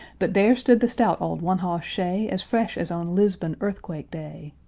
but there stood the stout old one-hoss-shay as fresh as on lisbon-earthquake-day!